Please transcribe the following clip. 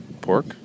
pork